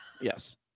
Yes